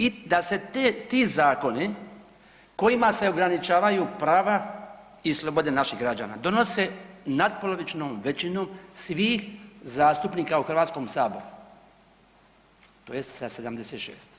I da se ti zakoni kojima se ograničavaju prava i slobode naših građana donose natpolovičnom većinom svih zastupnika u Hrvatskom saboru, tj. sa 76.